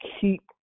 keep